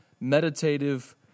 meditative